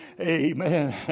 Amen